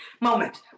moment